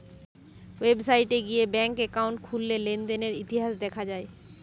website গিয়ে bank account খুললে লেনদেনের ইতিহাস দেখা যায়